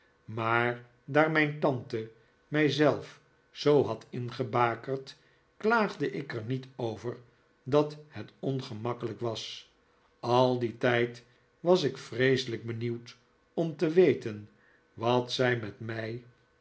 maar daar mijn tante mij zelf zoo had ingebakerd klaagde ik er niet over dat het ongemakkelijk was al dien tijd was ik vreeselijk benieuwd om te weten wat zij met mij